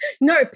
No